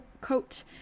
coat